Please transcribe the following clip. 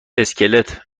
اسکلت